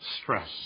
stress